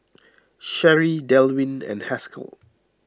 Sheree Delwin and Haskell